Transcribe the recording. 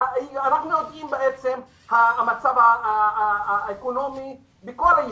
אנחנו יודעים מה המצב האקונומי בכל היישובים,